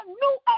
new